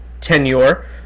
tenure